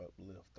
uplift